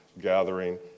gathering